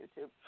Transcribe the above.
youtube